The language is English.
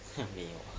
!huh! 没有